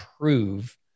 prove